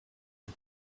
des